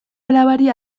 alabari